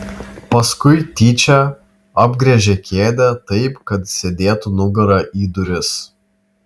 paskui tyčia apgręžė kėdę taip kad sėdėtų nugara į duris